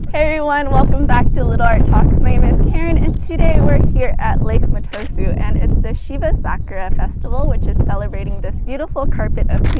everyone, welcome back to little art talks! my name is karin, and today we're here at lake motosu and it's the shibazakura festival, which is celebrating this beautiful carpet of